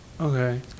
Okay